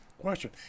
question